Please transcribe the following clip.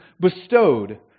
bestowed